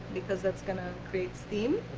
because that's going to create steam.